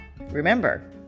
remember